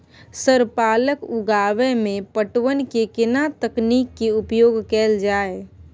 Sir पालक उगाव में पटवन के केना तकनीक के उपयोग कैल जाए?